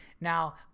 Now